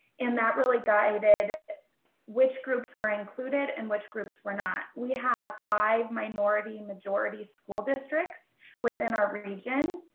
and that really guided which groups were included and which groups were not. we have five minority majority school districts within our region.